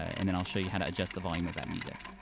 and then i'll show you how to adjust the volume of that music.